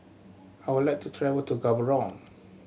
I would like to travel to Gaborone